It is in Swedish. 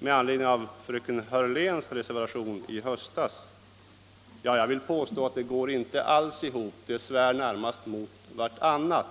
Jag vill påstå att det inte alls går ihop. De båda uttalandena svär närmast mot varandra.